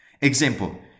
Example